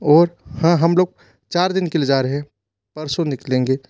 और हाँ हम लोग चार दिन के लिए जा रहे हैं परसों निकलेंगे